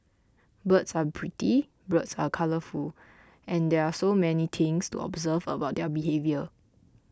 birds are pretty birds are colourful and there are so many things to observe about their behaviour